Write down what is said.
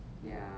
right